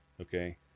Okay